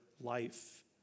life